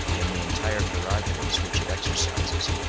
and the entire prerogatives which it exercises,